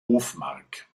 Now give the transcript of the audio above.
hofmark